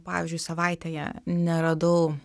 pavyzdžiui savaitėje neradau